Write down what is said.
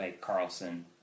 Carlson